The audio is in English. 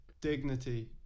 Dignity